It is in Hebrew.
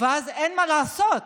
ואז אין מה לעשות.